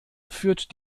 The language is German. führt